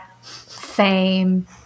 fame